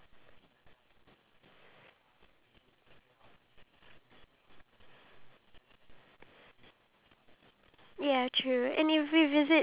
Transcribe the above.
you were born to stand out so what he did was he actually stand out he stood out and he took the different inform~ interesting facts of